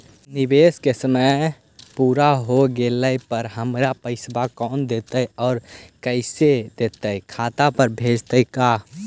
निवेश के समय पुरा हो गेला पर हमर पैसबा कोन देतै और कैसे देतै खाता पर भेजतै का?